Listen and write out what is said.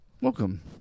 Welcome